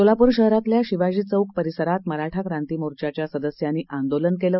सोलापूर शहरातल्या शिवाजी चौक परिसरात मराठा क्रांती मोर्चाच्या सदस्यांनी आंदोलन केलं